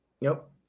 Nope